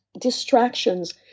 distractions